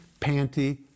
panty